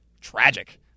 tragic